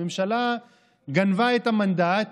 הממשלה גנבה את המנדט,